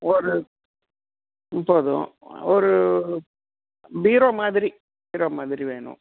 ஒரு ம் போதும் ஒரு பீரோ மாதிரி பீரோ மாதிரி வேணும்